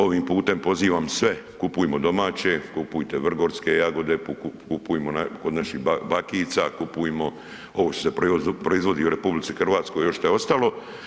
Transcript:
Ovim putem pozivam sve, kupujmo domaće, kupujte Vrgorske jagode, kupujmo kod naših bakica, kupujmo ovo što se proizvodi u RH još što je ostalo.